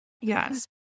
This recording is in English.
yes